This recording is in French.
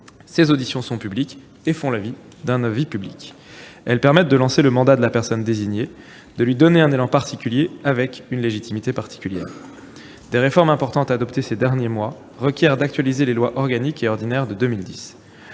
Ces auditions sont publiques et font l'objet d'un avis public : elles permettent de lancer le mandat de la personne désignée, de lui donner un élan particulier avec une légitimité particulière. Des réformes importantes adoptées ces derniers mois requièrent d'actualiser les lois organique et ordinaire de 2010.